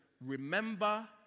remember